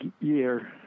year